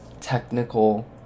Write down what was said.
technical